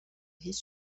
his